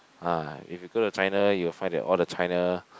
ah if you go to China you will find that all the China